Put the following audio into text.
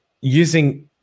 using –